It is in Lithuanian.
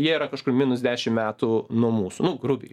jie yra kažkur minus dešim metų nuo mūsų nu grubiai